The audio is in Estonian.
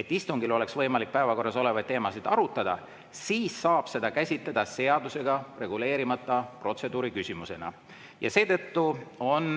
et istungil oleks võimalik päevakorras olevaid teemasid arutada, siis saab seda käsitleda seadusega reguleerimata protseduuriküsimusena. Seetõttu on